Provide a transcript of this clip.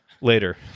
later